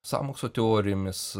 sąmokslo teorijomis